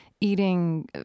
eating